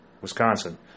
Wisconsin